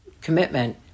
commitment